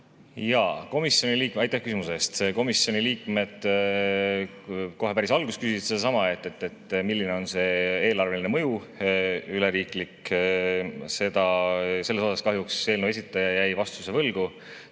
Komisjoni liikmed kohe päris alguses küsisid sedasama, et milline on see eelarveline mõju üle riigi. Selles osas kahjuks eelnõu esitaja jäi vastuse võlgu.